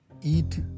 eat